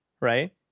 Right